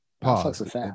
Pause